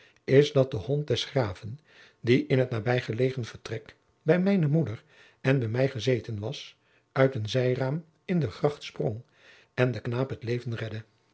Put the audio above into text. is dat de hond des graven die in het nabijgelegen vertrek bij mijne moeder en bij mij gezeten was uit een zijraam in de gracht sprong en den knaap het leven redde